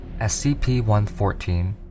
SCP-114